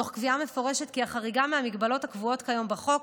תוך קביעה מפורשת כי החריגה מהמגבלות הקבועות כיום בחוק